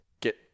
get